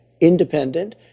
independent